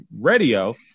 radio